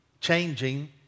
changing